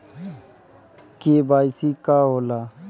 KYC का होला?